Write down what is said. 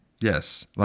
Yes